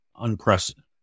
unprecedented